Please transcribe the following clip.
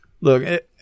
look